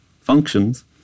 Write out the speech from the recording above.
functions